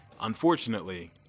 unfortunately